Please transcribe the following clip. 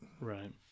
Right